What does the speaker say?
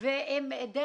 אז מה